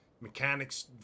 mechanics